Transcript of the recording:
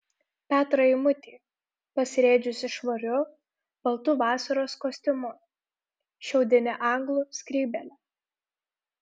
petrą eimutį pasirėdžiusį švariu baltu vasaros kostiumu šiaudine anglų skrybėle